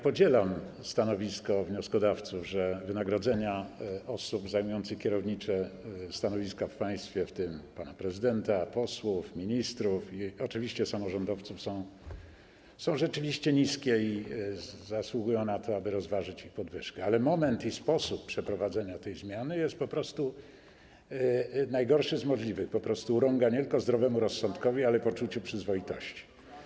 Podzielam stanowisko wnioskodawców, że wynagrodzenia osób zajmujących kierownicze stanowiska w państwie, w tym pana prezydenta, posłów, ministrów i oczywiście samorządowców, są rzeczywiście niskie i zasługują na to, aby rozważyć ich podwyżkę, ale moment i sposób przeprowadzenia tej zmiany są po prostu najgorsze z możliwych, po prostu urągają nie tylko zdrowemu rozsądkowi, ale także poczuciu przyzwoitości.